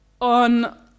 on